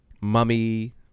Mummy